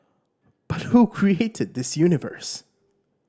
but who created this universe